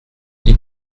dis